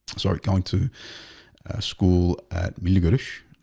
sorry going to school at me garish.